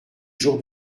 jour